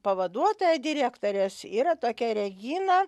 pavaduotoja direktorės yra tokia regina